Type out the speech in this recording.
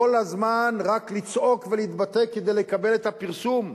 כל הזמן רק לצעוק ולהתבטא כדי לקבל את הפרסום.